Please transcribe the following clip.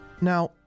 now